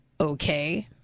okay